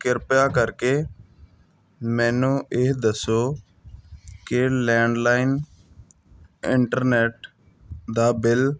ਕਿਰਪਿਆ ਕਰਕੇ ਮੈਨੂੰ ਇਹ ਦੱਸੋ ਕਿ ਲੈਂਡਲਾਈਨ ਇੰਟਰਨੈਟ ਦਾ ਬਿੱਲ